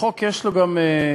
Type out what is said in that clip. החוק יש לו גם משמעות,